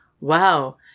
wow